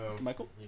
Michael